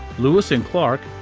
lewis and clark,